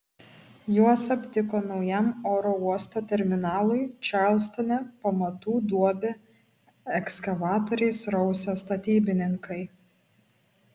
juos aptiko naujam oro uosto terminalui čarlstone pamatų duobę ekskavatoriais rausę statybininkai